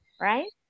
right